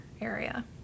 area